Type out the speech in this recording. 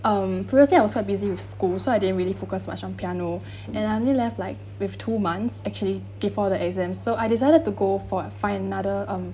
um previously I was quite busy with school so I didn't really focus much on piano and I only left like with two months actually before the exam so I decided to go for a find another um